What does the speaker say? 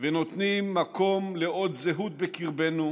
ונותנים מקום לעוד זהות בקרבנו.